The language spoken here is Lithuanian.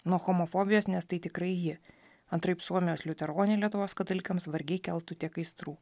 nuo homofobijos nes tai tikrai ji antraip suomijos liuteronė lietuvos katalikams vargiai keltų tiek aistrų